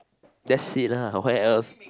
that's it lah what else